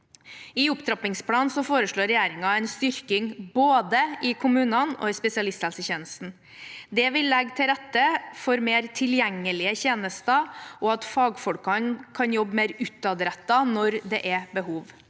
I opptrappingsplanen foreslår regjeringen en styrking både i kommunene og i spesialisthelsetjenesten. Det vil legge til rette for mer tilgjengelige tjenester og at fagfolkene kan jobbe mer utadrettet når det er behov.